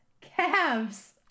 calves